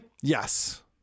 Yes